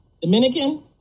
Dominican